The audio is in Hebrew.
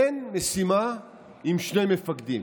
אין משימה עם שני מפקדים,